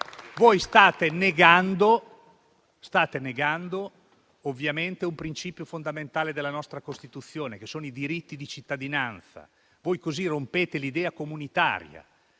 Voi state negando un principio fondamentale della nostra Costituzione, che sono i diritti di cittadinanza. Voi così rompete l'idea comunitaria